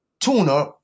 tuna